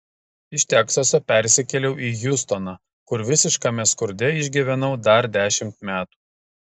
iš teksaso persikėliau į hjustoną kur visiškame skurde išgyvenau dar dešimt metų